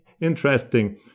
interesting